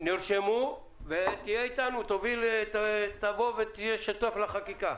תהיה איתנו, תהיה שותף לחקיקה.